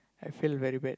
I feel very bad